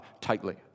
tightly